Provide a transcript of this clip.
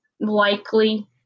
likely